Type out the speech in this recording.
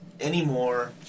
Anymore